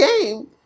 game